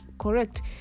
correct